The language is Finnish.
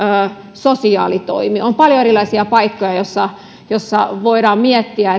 sosiaalitoimi on paljon erilaisia paikkoja joissa joissa voidaan miettiä